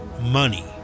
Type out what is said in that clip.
money